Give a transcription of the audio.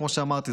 כמו שאמרתי,